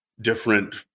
different